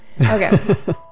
Okay